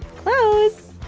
close!